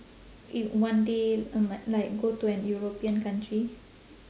i~ one day uh like like go to an european country